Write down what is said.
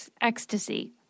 ecstasy